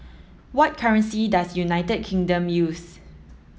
what currency does United Kingdom use